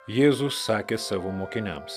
jėzus sakė savo mokiniams